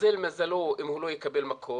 והתמזל מזלו אם הוא לא יקבל מכות,